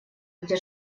где